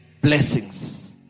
blessings